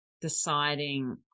deciding